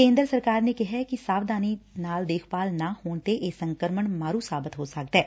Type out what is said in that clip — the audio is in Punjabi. ਕੇਂਦਰ ਸਰਕਾਰ ਨੇ ਕਿਹੈ ਕਿ ਸਾਵਧਾਨੀ ਨਾਲ ਦੇਖਭਾਲ ਨਾ ਹੋਣ ਤੇ ਇਹ ਸੰਕਰਮਣ ਮਾਰੁ ਸਾਬਿਤ ਹੋ ਸਕਦੈ